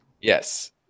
Yes